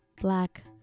black